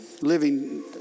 Living